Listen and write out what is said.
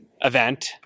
event